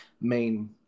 main